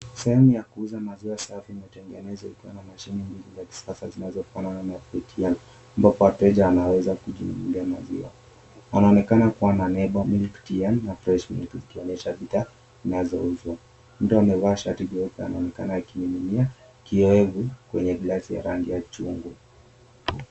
Sehemu ya kuuza maziwa safi imetengenezwa ikiwa na mashini za kisasa zinazofanana na ATM ambapo wateja wanaweza kujinunulia maziwa, wanaonekana kuwa na nebo milk na fresh milk zikionyesha bidhaa zinazouzwa, mtu amevaa shati jeupe anaonekana akimiminia kiyoevu kwenye glasi ya rangi ya chungwa.